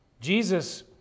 Jesus